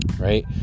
right